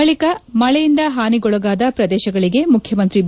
ಬಳಿಕ ಮಳೆಯಿಂದ ಹಾನಿಗೊಳಗಾದ ಪ್ರದೇಶಗಳಿಗೆ ಮುಖ್ಯಮಂತ್ರಿ ಬಿ